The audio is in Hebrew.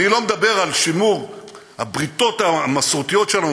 אני לא מדבר על שימור הבריתות המסורתיות שלנו,